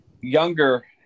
younger